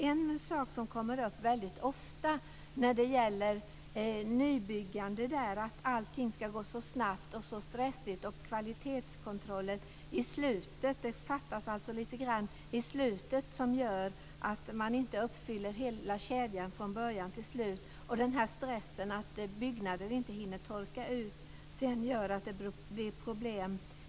En sak som ofta kommer upp när det gäller nybyggande är att allting ska gå så snabbt och att kvalitetskontrollen sker i slutet. Det fattas alltså lite grann i slutet som gör att man inte uppfyller hela kedjan från början till slut. Och stressen gör att byggnaderna inte hinner torka ut, vilket sedan leder till problem.